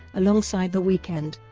alongside the weeknd,